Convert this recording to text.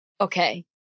Okay